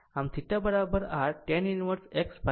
આમ θ r tan inverse XR